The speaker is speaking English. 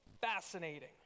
fascinating